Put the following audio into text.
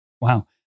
Wow